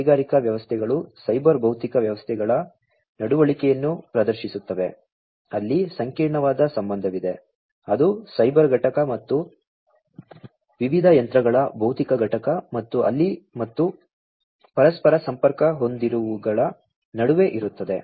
ಈ ಕೈಗಾರಿಕಾ ವ್ಯವಸ್ಥೆಗಳು ಸೈಬರ್ ಭೌತಿಕ ವ್ಯವಸ್ಥೆಗಳ ನಡವಳಿಕೆಯನ್ನು ಪ್ರದರ್ಶಿಸುತ್ತವೆ ಅಲ್ಲಿ ಸಂಕೀರ್ಣವಾದ ಸಂಬಂಧವಿದೆ ಅದು ಸೈಬರ್ ಘಟಕ ಮತ್ತು ವಿವಿಧ ಯಂತ್ರಗಳ ಭೌತಿಕ ಘಟಕ ಮತ್ತು ಅಲ್ಲಿ ಮತ್ತು ಪರಸ್ಪರ ಸಂಪರ್ಕ ಹೊಂದಿದವುಗಳ ನಡುವೆ ಇರುತ್ತದೆ